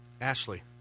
Ashley